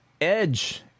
edge